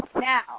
Now